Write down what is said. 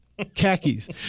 Khakis